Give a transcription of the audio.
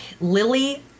Lily